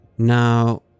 now